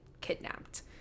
kidnapped